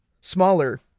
smaller